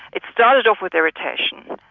it started off with irritation.